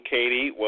Katie